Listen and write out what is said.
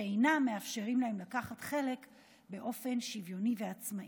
שאינם מאפשרים להם לקחת חלק באופן שוויוני ועצמאי.